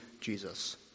Jesus